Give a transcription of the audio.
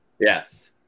Yes